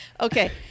Okay